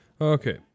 Okay